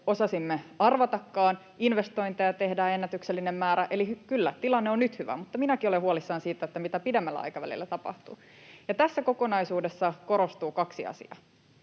osasimme arvatakaan. Investointeja tehdään ennätyksellinen määrä, eli kyllä, tilanne on nyt hyvä, mutta minäkin olen huolissani siitä, mitä pidemmällä aikavälillä tapahtuu. Tässä kokonaisuudessa korostuu kaksi asiaa: